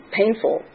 painful